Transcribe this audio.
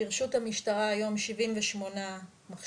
ברשות המשטרה היום 78 מכשירים,